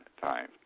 time